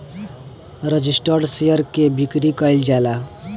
registered share के बिक्री कईल जाला